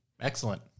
Excellent